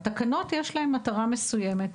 לתקנות יש מטרה מסוימת,